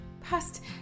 past